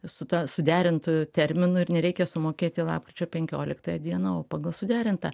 su ta suderintu terminu ir nereikia sumokėti lapkričio penkioliktąją dieną o pagal suderintą